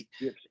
Yes